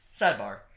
sidebar